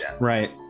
right